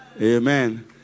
Amen